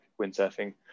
windsurfing